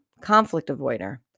conflict-avoider